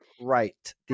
right